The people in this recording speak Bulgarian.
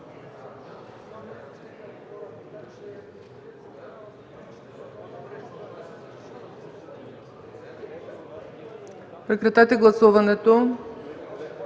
Прекратете гласуването.